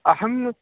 अहम्